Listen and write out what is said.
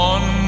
One